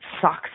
socks